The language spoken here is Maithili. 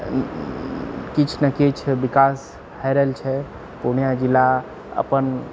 किछु ने किछु विकास भए रहल छै पूर्णियाँ जिला अपन